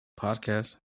podcast